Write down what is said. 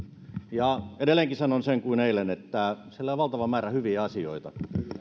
ja edelleenkin sanon samoin kuin eilen että siellä on valtava määrä hyviä asioita